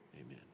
Amen